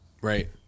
Right